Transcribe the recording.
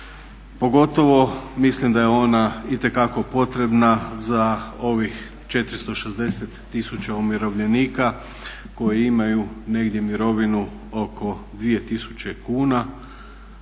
Pogotovo mislim da je ona itekako potrebna za ovih 460 000 umirovljenika koji imaju negdje mirovinu oko 2000 kuna